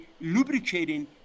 lubricating